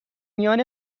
میان